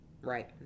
Right